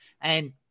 And-